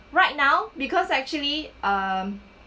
right now because actually um